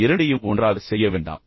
இரண்டையும் ஒன்றாகச் செய்ய வேண்டாம்